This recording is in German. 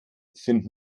sind